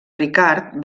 ricard